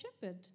shepherd